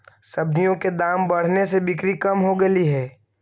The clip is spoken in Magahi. सब्जियों के दाम बढ़ने से बिक्री कम हो गईले हई